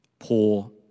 Poor